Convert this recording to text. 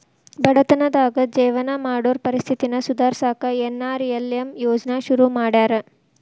ಬಡತನದಾಗ ಜೇವನ ಮಾಡೋರ್ ಪರಿಸ್ಥಿತಿನ ಸುಧಾರ್ಸಕ ಎನ್.ಆರ್.ಎಲ್.ಎಂ ಯೋಜ್ನಾ ಶುರು ಮಾಡ್ಯಾರ